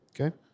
Okay